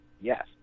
yes